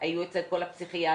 היו אצל כל הפסיכיאטרים,